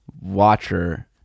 watcher